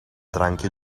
drankje